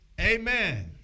Amen